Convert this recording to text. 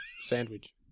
Sandwich